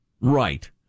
Right